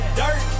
dirt